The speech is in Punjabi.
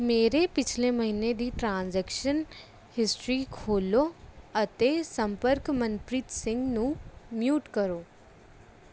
ਮੇਰੇ ਪਿਛਲੇ ਮਹੀਨੇ ਦੀ ਟ੍ਰਾਂਜ਼ੈਕਸ਼ਨ ਹਿਸਟਰੀ ਖੋਲ੍ਹੋ ਅਤੇ ਸੰਪਰਕ ਮਨਪ੍ਰੀਤ ਸਿੰਘ ਨੂੰ ਮਿਊਟ ਕਰੋ